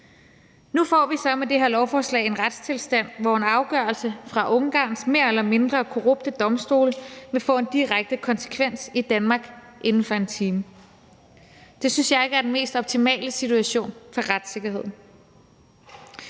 Nu får vi så med det her lovforslag en retstilstand, hvor en afgørelse fra Ungarns mere eller mindre korrupte domstole vil få en direkte konsekvens i Danmark inden for en time. Det synes jeg ikke er den mest optimale situation for retssikkerheden.